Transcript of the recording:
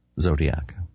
zodiac